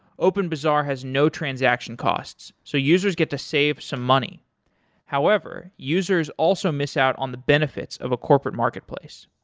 openbazaar has no transaction costs, so users get to save some money however, users also miss out on the benefits of a corporate marketplace.